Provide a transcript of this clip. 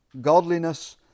godliness